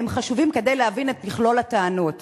והם חשובים כדי להבין את מכלול הטענות.